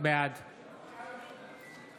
בעד